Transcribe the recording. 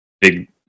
big